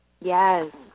Yes